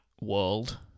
world